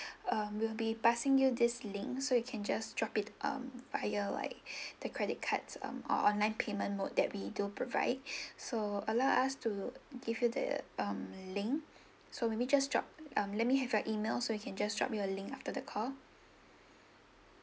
uh we will be passing you this link so you can just drop it um via like the credit cards um or online payment mode that we do provide so allow us to give you the um link so maybe just drop um let me have your emails so we can just drop you a link after the call